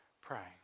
praying